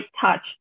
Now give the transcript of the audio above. touch